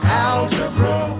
algebra